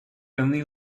only